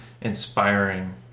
inspiring